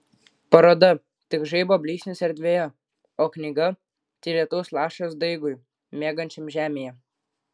paroda tik žaibo blyksnis erdvėje o knyga tai lietaus lašas daigui miegančiam žemėje